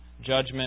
judgment